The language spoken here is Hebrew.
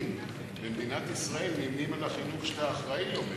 מהתלמידים במדינת ישראל נמנים עם החינוך שאתה אחראי לו,